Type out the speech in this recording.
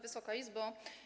Wysoka Izbo!